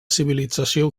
civilització